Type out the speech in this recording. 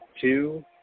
two